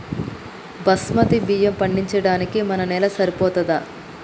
బాస్మతి బియ్యం పండించడానికి మన నేల సరిపోతదా?